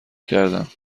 کردم